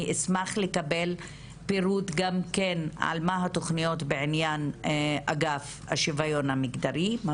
אשמח לקבל פירוט גם על מה התוכניות בעניין אגף השוויון המגדרי,